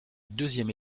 deuxième